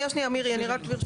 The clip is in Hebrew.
הוא הפקיר את